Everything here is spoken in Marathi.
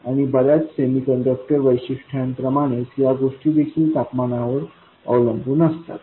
आणि बऱ्याच सेमीकंडक्टर वैशिष्ट्यांप्रमाणेच या गोष्टी देखील तापमानावर अवलंबून असतात